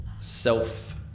self